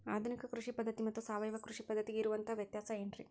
ಆಧುನಿಕ ಕೃಷಿ ಪದ್ಧತಿ ಮತ್ತು ಸಾವಯವ ಕೃಷಿ ಪದ್ಧತಿಗೆ ಇರುವಂತಂಹ ವ್ಯತ್ಯಾಸ ಏನ್ರಿ?